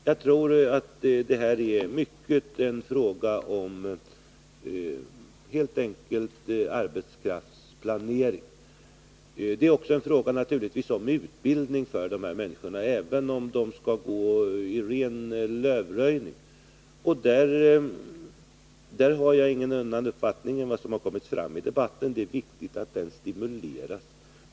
Jag tror att detta i mycket är en fråga om arbetskraftsplanering. Det är naturligtvis också en fråga om utbildning av dessa människor, även om de skall gå i ren lövröjning. Där har jag ingen annan uppfattning än den som kommit fram i debatten. nämligen att det är viktigt att utbildningen stimuleras.